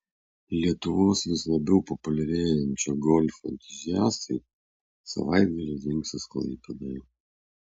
lietuvos vis labiau populiarėjančio golfo entuziastai savaitgalį rinksis klaipėdoje